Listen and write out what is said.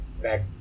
back